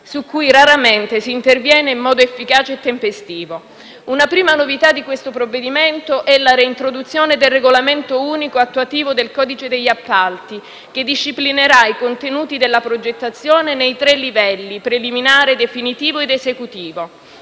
su cui raramente s'interviene in modo efficace e tempestivo. Una prima novità di questo provvedimento è la reintroduzione del regolamento unico attuativo del codice degli appalti, che disciplinerà i contenuti della progettazione nei tre livelli (preliminare, definitivo ed esecutivo)